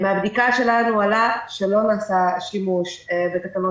מהבדיקה שלנו עלה שלא נעשה שימוש בתקנות